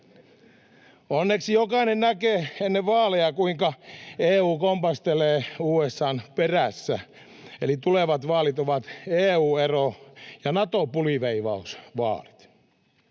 Onneksi jokainen näkee ennen vaaleja, kuinka EU kompastelee USA:n perässä, eli tulevat vaalit ovat EU-ero- ja Nato-puliveivausvaalit.